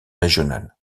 régionales